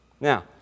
Now